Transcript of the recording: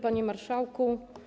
Panie Marszałku!